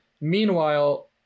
Meanwhile